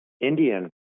Indian